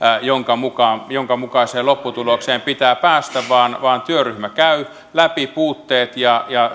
jonka mukaiseen lopputulokseen pitää päästä vaan vaan työryhmä käy läpi puutteet ja ja